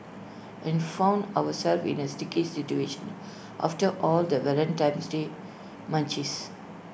and found ourselves in A sticky situation after all the Valentine's day munchies